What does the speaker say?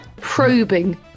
Probing